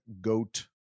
goat